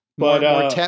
More